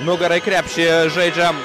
nugara į krepšį jie žaidžia